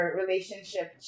relationship